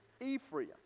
Ephraim